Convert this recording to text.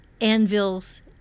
anvils